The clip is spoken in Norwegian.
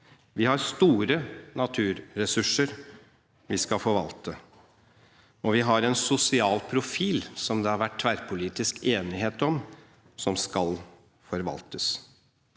Vi har store naturressurser vi skal forvalte. Vi har en sosial profil, som det har vært tverrpolitisk enighet om, som skal forvaltes.